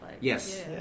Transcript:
Yes